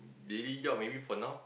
daily job maybe for now